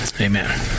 Amen